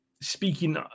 Speaking